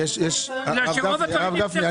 כי רוב הדברים נפתרו.